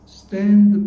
stand